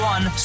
One